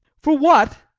for what?